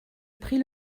pris